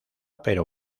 pero